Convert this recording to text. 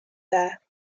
there